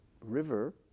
river